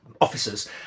officers